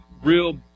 real